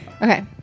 Okay